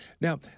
Now